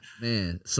Man